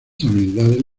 habilidades